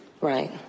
Right